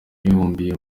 bibumbiye